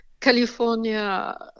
California